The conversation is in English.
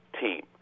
team